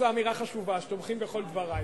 זו אמירה חשובה, שתומכים בכל דברי.